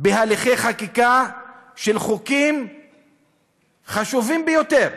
בהליכי חקיקה של חוקים חשובים ביותר.